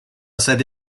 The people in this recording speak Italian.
sede